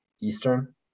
Eastern